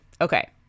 Okay